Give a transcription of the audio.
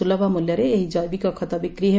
ସୁଲଭ ମଲ୍ୟରେ ଏହି ଜେବିକ ଖତ ବିକ୍ରୀ ହେବ